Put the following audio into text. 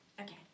Okay